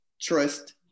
trust